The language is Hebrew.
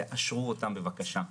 תאשרו אותן בבקשה.